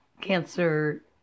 cancer